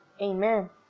amen